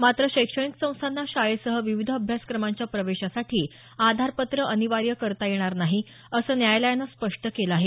मात्र शैक्षणिक संस्थांना शाळेसह विविध अभ्यासक्रमांच्या प्रवेशासाठी आधार पत्र अनिवार्य करता येणार नाही असं न्यायालयानं स्पष्ट केलं आहे